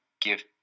give